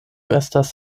estas